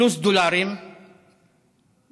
פלוס דולרים למשכורות,